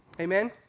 Amen